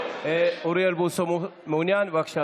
עד שלוש דקות לרשותך, בבקשה,